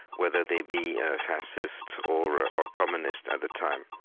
whether they be fascists or ah or communist at the time.